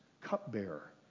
Cupbearer